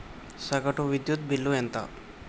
సగటు విద్యుత్ బిల్లు ఎంత?